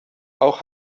auch